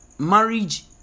Marriage